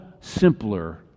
simpler